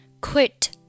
quit